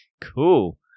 Cool